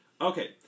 Okay